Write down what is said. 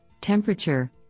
temperature